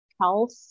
health